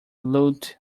loot